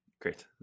Great